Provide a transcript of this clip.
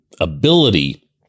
ability